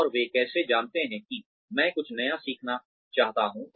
और वे कैसे जानते हैं कि मैं कुछ नया सीखना चाहता हूँ